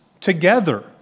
together